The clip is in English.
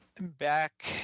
Back